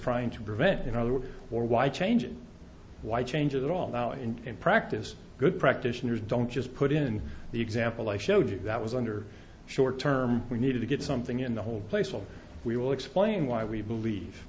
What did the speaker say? trying to prevent you know what or why change and why change it all now and in practice good practitioners don't just put in the example i showed you that was under the short term we needed to get something in the whole place will we will explain why we believe